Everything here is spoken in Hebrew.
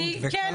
כן.